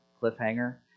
cliffhanger